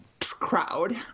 crowd